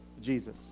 Jesus